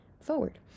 forward